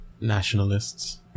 Nationalists